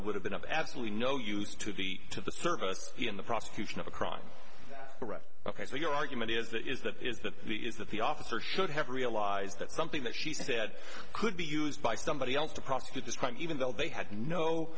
it would have been of absolutely no use to be to the service in the prosecution of a crime correct ok so your argument is that is that is that the is that the officer should have realized that something that she said could be used by somebody else to prosecute this crime even though they had no